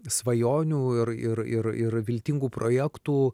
svajonių ir ir ir ir viltingų projektų